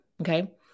okay